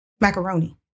Macaroni